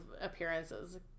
appearances